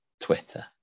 Twitter